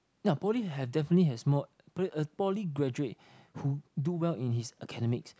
ya poly have definitely has more a poly graduate who do well in his academics